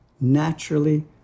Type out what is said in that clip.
naturally